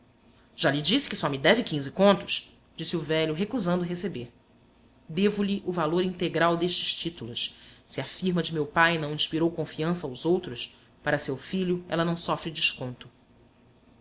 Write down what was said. já lhe disse que só me deve disse o velho recusando receber devo-lhe o valor integral destes títulos se a firma de meu pai não inspirou confiança aos outros para seu filho ela não sofre desconto